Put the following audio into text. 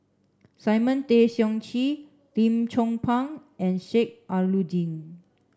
Simon Tay Seong Chee Lim Chong Pang and Sheik Alau'ddin